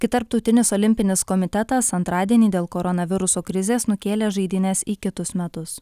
kai tarptautinis olimpinis komitetas antradienį dėl koronaviruso krizės nukėlė žaidynes į kitus metus